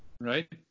right